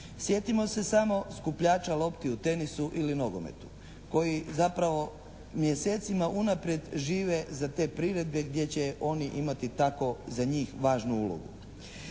Sjetimo se samo skupljača lopti u tenisu ili nogometu koji zapravo mjesecima unaprijed žive za te priredbe gdje će oni imati tako za njih važnu ulogu.